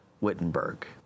Wittenberg